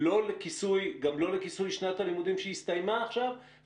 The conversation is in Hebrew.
מתנקזים לתוכו וההם גוף היחידי שצה"ל